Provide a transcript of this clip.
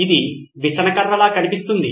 ఇది విసన కర్ర లాగా కనిపిస్తుంది